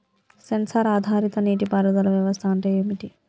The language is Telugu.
సెన్సార్ ఆధారిత నీటి పారుదల వ్యవస్థ అంటే ఏమిటి?